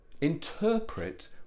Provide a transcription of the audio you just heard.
interpret